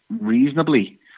reasonably